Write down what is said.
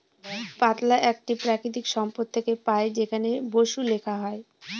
পাতলা একটি প্রাকৃতিক সম্পদ থেকে পাই যেখানে বসু লেখা হয়